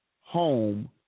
home